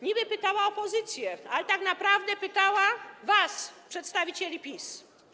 Niby pytała opozycję, ale tak naprawdę pytała was, przedstawicieli PiS.